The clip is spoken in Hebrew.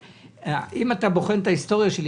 אם אתה בוחן את ההיסטוריה שלי,